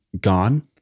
gone